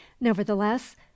nevertheless